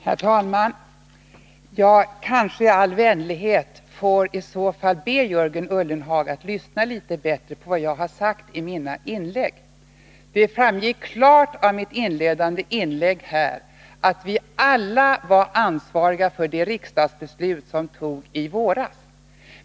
Herr talman! Får jag all vänlighet be Jörgen Ullenhag att lyssna lite bättre på vad jag säger i mina inlägg. I mitt inledande inlägg här framgick det klart att vi alla var ansvariga för det riksdagsbeslut som fattades i våras.